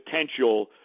potential